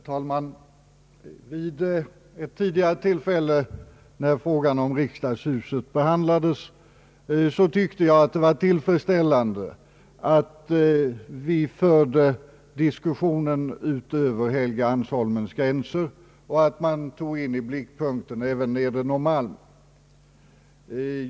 Herr talman! Vid ett tidigare tillfälle, när frågan om riksdagshuset behandlades, tyckte jag att det var tillfredsställande att vi förde diskussionen ut över Helgeandsholmens gränser och att man tog in i blickpunkten även Nedre Norrmalm.